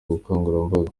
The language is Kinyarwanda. bukangurambaga